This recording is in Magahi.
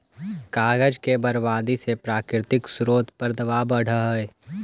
कागज के बर्बादी से प्राकृतिक स्रोत पर दवाब बढ़ऽ हई